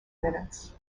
minutes